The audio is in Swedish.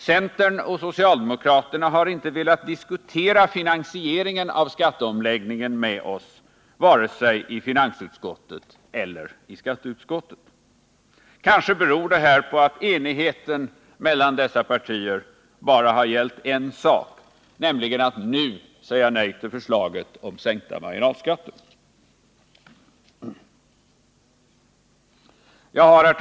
Centern och socialdemokraterna har inte velat diskutera finansieringen av skatteomläggningen med oss vare sig i finansutskottet eller i skatteutskottet. Kanske beror det på att enigheten mellan dessa partier bara har gällt en sak, nämligen att nu säga nej till förslaget om sänkta marginalskatter. Herr talman!